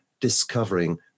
discovering